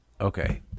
Okay